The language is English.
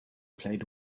played